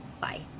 Bye